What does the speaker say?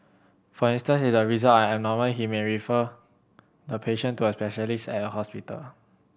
for instance if the results are abnormal he may refer the patient to a specialist at a hospital